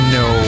no